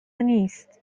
نیست